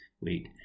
Wait